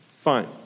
fine